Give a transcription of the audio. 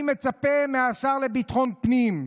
אני מצפה מהשר לביטחון פנים,